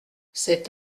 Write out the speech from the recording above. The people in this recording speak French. cet